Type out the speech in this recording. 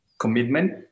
commitment